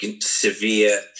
severe